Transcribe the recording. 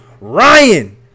Ryan